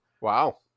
Wow